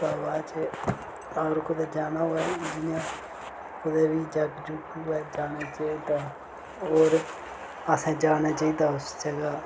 ओह्दे शा बाद च अगर कुतै जाना होवे तां जियां कुतै बी जग जुग होऐ जाना चाहिदा होर असें जाना चाहिदा उस जगह